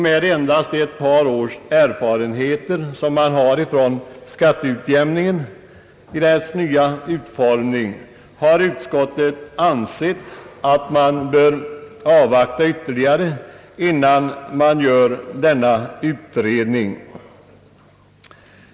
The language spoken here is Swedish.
Med endast ett par års erfarenheter från skatteutjämningen i dess nya form har utskottet ansett att man bör avvakta ytterligare, innan man gör denna utredning.